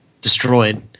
destroyed